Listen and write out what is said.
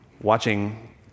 watching